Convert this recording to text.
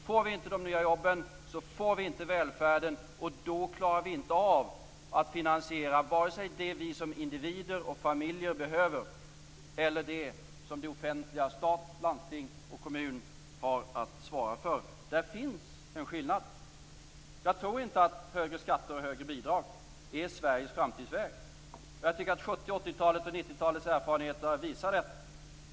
Får vi inte fram de nya jobben får vi ingen välfärd, och då klarar vi inte av att finansiera vare sig det som vi som individer och familjer behöver eller det som det offentliga - stat, landsting och kommun - har att svara för. Där finns en skillnad. Jag tror inte att högre skatter och högre bidrag är Sveriges framtidsväg. Jag tycker att 70-, 80 och 90-talets erfarenheter visar detta.